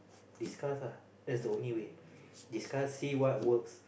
discuss ah that's the only way discuss see what works